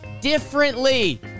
differently